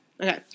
Okay